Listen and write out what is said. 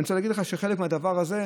אני רוצה להגיד לך שחלק מהדבר הזה,